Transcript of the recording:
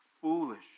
foolish